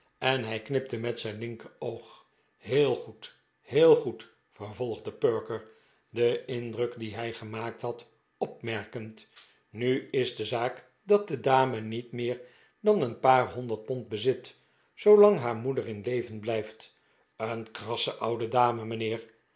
en hij knipte met zijn linkeroog heel goed heel goed vervolgde perker den indruk dien hij gemaakt had opmerkend nu is de zaak dat de dame niet meer dan een paar honderd pond bezit zoolang haar moeder in leven blijft een krasse oude dame mijnheer